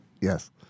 Yes